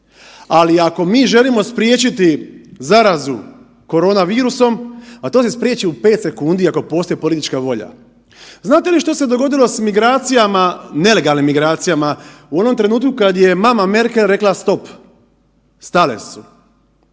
Ali, ako mi želimo spriječiti zarazu koronavirusom, pa to se spriječi u 5 sekundi ako postoji politička volja. Znate li što se dogodilo s migracijama, nelegalnim migracijama u onom trenutku kad je mama Merkel rekla stop? Stale su,